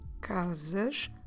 casas